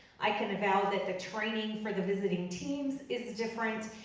i can avow that the training for the visiting teams is different,